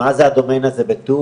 מה זה האתר הזה בטורקיה,